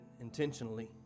intentionally